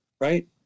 right